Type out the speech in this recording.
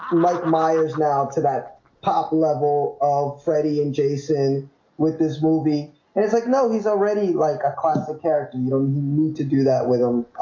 mike myers now to that pop level of freddy and jason with this movie and and it's like no, he's already like a constant character, you know, you need to do that with him.